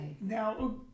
now